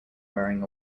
wearing